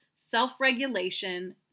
self-regulation